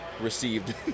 received